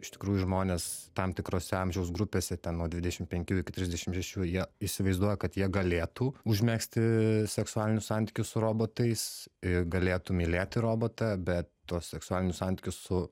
iš tikrųjų žmonės tam tikrose amžiaus grupėse ten nuo dvidešim penkių iki trisdešim šešių jie įsivaizduoja kad jie galėtų užmegzti iii seksualinius santykius su robotais i galėtų mylėti robotą bet tuos seksualinius santykius su